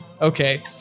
Okay